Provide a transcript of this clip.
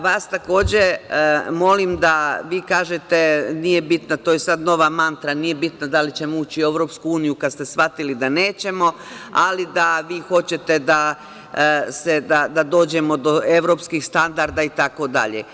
Vas, takođe, molim, vi kažete – nije bitno, to je sad nova mantra, nije bitno da li ćemo ući u EU, kad ste shvatili da nećemo, ali da vi hoćete da dođemo do evropskih standarda itd.